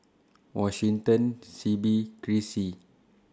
Washington Sibbie Chrissie